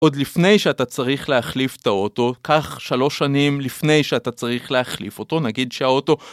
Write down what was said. עוד לפני שאתה צריך להחליף את האוטו, קח שלוש שנים לפני שאתה צריך להחליף אותו, נגיד שהאוטו...